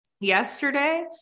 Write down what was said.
yesterday